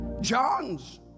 John's